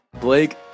Blake